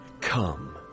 come